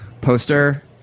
poster